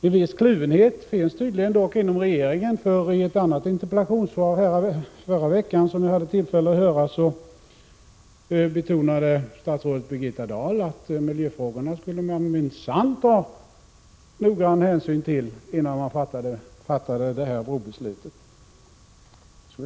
En viss kluvenhet finns dock i regeringen. I ett annat interpellationssvar i förra veckan, som jag hade tillfälle att höra, betonade statsrådet Birgitta Dahl att miljöfrågorna skulle man minsann ta noggrann hänsyn till innan man fattade ett beslut.